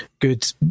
good